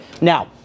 Now